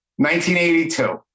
1982